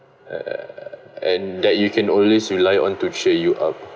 eh and that you can always rely on to cheer you up